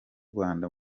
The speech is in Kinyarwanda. rwanda